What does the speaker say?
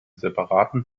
separaten